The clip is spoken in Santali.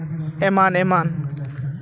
ᱮᱢᱟᱱ ᱮᱢᱟᱱ